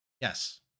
Yes